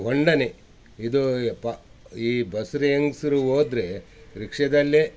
ಹೊಂಡನೆ ಇದು ಅಯ್ಯಪ್ಪ ಈ ಬಸರಿ ಹೆಂಗ್ಸ್ರು ಹೋದ್ರೆ ರಿಕ್ಷೆದಲ್ಲೇ